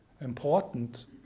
important